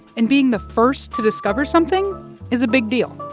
and being the first to discover something is a big deal,